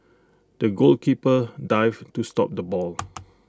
the goalkeeper dived to stop the ball